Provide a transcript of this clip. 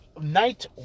Night